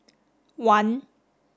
one